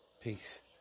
Peace